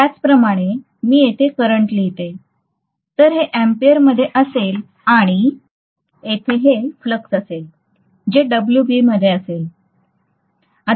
त्याचप्रमाणे मी येथे करंट लिहिते तर हे एम्पीयर मध्ये असेल आणि येथे हे फ्लक्स असेल जे Wb मध्ये असेल